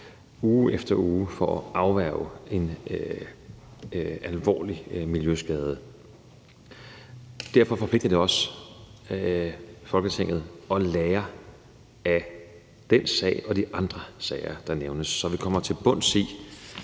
uge efter uge for at afværge en alvorlig miljøskade. Derfor forpligter det også Folketinget til at lære af den sag og de andre sager, der nævnes, så vi kommer til bunds i,